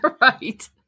Right